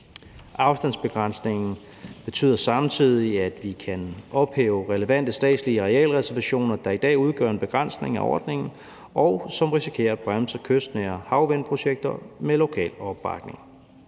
Afstandsbegrænsningen betyder samtidig, at vi kan ophæve relevante statslige arealreservationer, der i dag medfører en begrænsning af ordningen, og som risikerer at bremse kystnære havvindmølleprojekter med lokal opbakning.